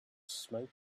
smoke